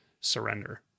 surrender